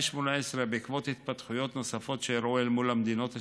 בעקבות התפתחויות נוספות שאירעו אל מול המדינות השלישיות,